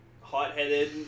hot-headed